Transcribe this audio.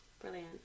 Brilliant